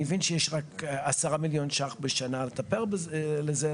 אני מבין שיש רק 10 מיליון ₪ בשנה לטפל בזה.